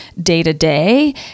day-to-day